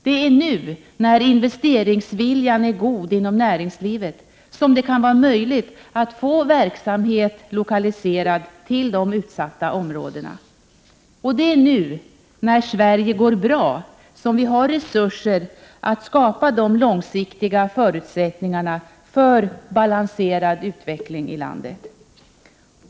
Det är nu när investeringsviljan är god inom näringslivet som det kan vara möjligt att få verksamhet lokaliserad till de utsatta områdena. Det är nu när Sverige går bra som vi har resurser att skapa de långsiktiga förutsättningarna för balanserad utveckling i landet.